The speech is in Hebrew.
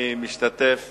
אני משתתף